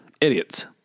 idiots